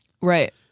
right